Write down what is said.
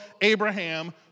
Abraham